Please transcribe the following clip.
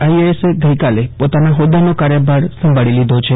આઇએએસએ ગઈકાલથી પોતાના હોદ્દાનો કાર્યભાર સંભાળી લીધો છે